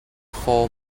four